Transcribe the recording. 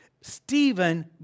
Stephen